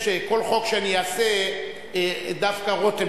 אלא אם כן אתם רוצים שוועדת הכנסת תקבע.